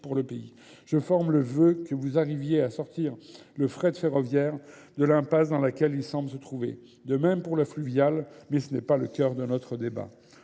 pour le pays. Je forme le vœu que vous arriviez à sortir le frais de ferroviaire de l'impasse dans laquelle il semble se trouver. De même pour le fluvial, mais ce n'est pas le cœur de notre débat.